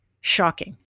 Shocking